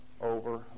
over